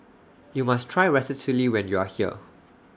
YOU must Try Ratatouille when YOU Are here